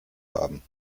haben